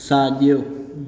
साॼो